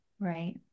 Right